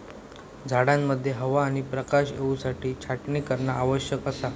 झाडांमध्ये हवा आणि प्रकाश येवसाठी छाटणी करणा आवश्यक असा